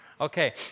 Okay